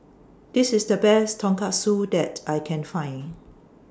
This IS The Best Tonkatsu that I Can Find